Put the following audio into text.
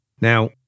Now